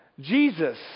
Jesus